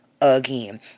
again